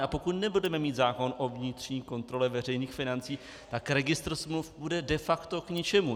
A pokud nebudeme mít zákon o vnitřní kontrole veřejných financí, tak registr smluv bude de facto k ničemu.